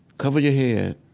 cover your head,